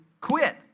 quit